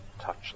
touch